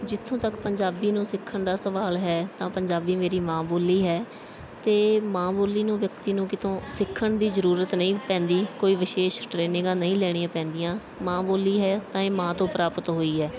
ਜਿੱਥੋਂ ਤੱਕ ਪੰਜਾਬੀ ਨੂੰ ਸਿੱਖਣ ਦਾ ਸਵਾਲ ਹੈ ਤਾਂ ਪੰਜਾਬੀ ਮੇਰੀ ਮਾਂ ਬੋਲੀ ਹੈ ਅਤੇ ਮਾਂ ਬੋਲੀ ਨੂੰ ਵਿਅਕਤੀ ਨੂੰ ਕਿਤੋਂ ਸਿੱਖਣ ਦੀ ਜ਼ਰੂਰਤ ਨਹੀਂ ਪੈਂਦੀ ਕੋਈ ਵਿਸ਼ੇਸ਼ ਟਰੇਨਿੰਗਾਂ ਨਹੀਂ ਲੈਣੀਆਂ ਪੈਂਦੀਆਂ ਮਾਂ ਬੋਲੀ ਹੈ ਤਾਂ ਇਹ ਮਾਂ ਤੋਂ ਪ੍ਰਾਪਤ ਹੋਈ ਹੈ